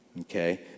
Okay